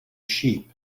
sheep